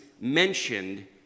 mentioned